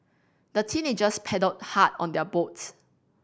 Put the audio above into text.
the teenagers paddled hard on their boats